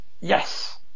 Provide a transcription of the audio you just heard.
yes